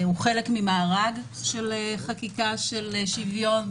הוא חלק ממארג של חקיקה של שוויון.